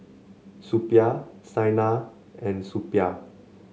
Suppiah Saina and Suppiah